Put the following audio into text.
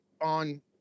on